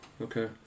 Okay